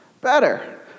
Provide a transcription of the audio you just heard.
Better